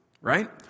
right